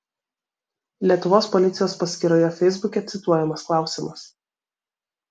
lietuvos policijos paskyroje feisbuke cituojamas klausimas